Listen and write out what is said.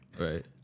Right